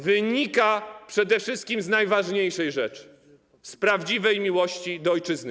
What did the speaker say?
Wynika przede wszystkim z najważniejszej rzeczy: z prawdziwej miłości do ojczyzny.